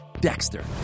Dexter